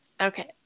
Okay